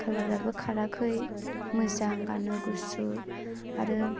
कालाराबो खाराखै मोजां गाननो गुसु आरो